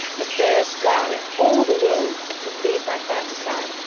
the fairest flower in all the worlde to feed my fantasye